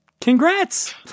congrats